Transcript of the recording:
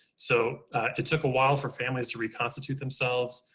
so it took a while for families to reconstitute themselves.